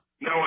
No